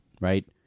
right